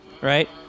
Right